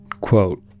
quote